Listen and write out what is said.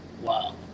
Wow